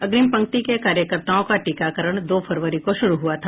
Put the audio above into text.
अग्रिम पंक्ति के कार्यकर्ताओं का टीकाकरण दो फरवरी को शुरू हआ था